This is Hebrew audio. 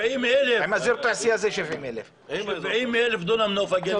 בנוף הגליל 70,000 דונם.